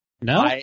No